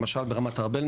למשל ברמת ארבל,